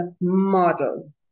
model